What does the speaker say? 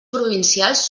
provincials